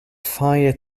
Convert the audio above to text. fire